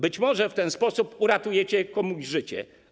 Być może w ten sposób uratujecie komuś życie.